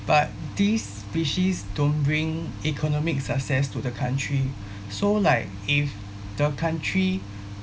but these species don't bring economic success to the country so like if the country